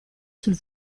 sul